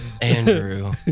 Andrew